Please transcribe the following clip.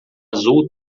azul